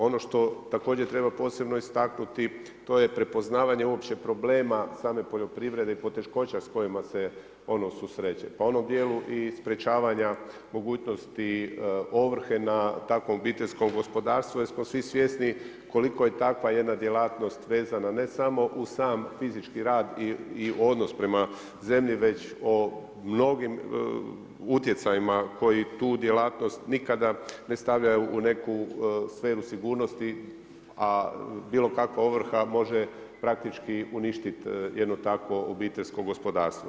Ono što također treba posebno istaknuti to je prepoznavanje uopće problema same poljoprivrede i poteškoća s kojima se ono susreće, pa u onom dijelu i sprječavanja mogućnosti ovrhe na takvom obiteljskom gospodarstvu jer smo svi svjesni koliko je takva jedna djelatnost vezana ne samo uz sam fizički rad i odnos prema zemlji, već o mnogim utjecajima koji tu djelatnost nikada ne stavljaju u neku sferu sigurnosti a bilo kakva ovrha može praktički uništit jedno takvo obiteljsko gospodarstvo.